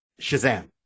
shazam